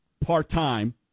part-time